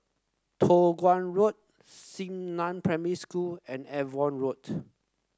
Toh Guan Road Xingnan Primary School and Avon Road